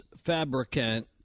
Fabricant